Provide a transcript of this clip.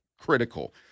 critical